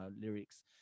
lyrics